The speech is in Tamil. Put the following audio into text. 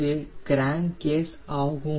இது கிராங்க் கேஸ் ஆகும்